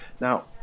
Now